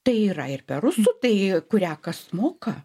tai yra ir per rusų tai kurią kas moka